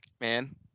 man